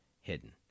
hidden